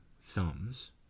thumbs